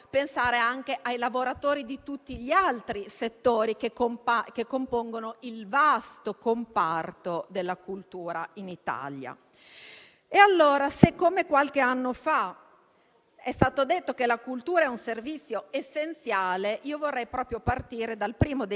Italia. Se, come qualche anno fa è stato detto, la cultura è un servizio essenziale, vorrei proprio partire dal primo degli impegni della mozione, ovvero stabilire i livelli essenziali delle prestazioni, che devono essere stabiliti in piena armonia con il